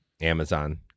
Amazon